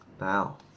Now